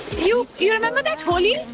you you remember that holi?